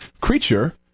Creature